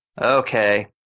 okay